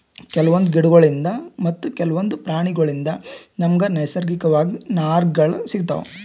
ಕೆಲವೊಂದ್ ಗಿಡಗೋಳ್ಳಿನ್ದ್ ಮತ್ತ್ ಕೆಲವೊಂದ್ ಪ್ರಾಣಿಗೋಳ್ಳಿನ್ದ್ ನಮ್ಗ್ ನೈಸರ್ಗಿಕವಾಗ್ ನಾರ್ಗಳ್ ಸಿಗತಾವ್